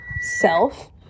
self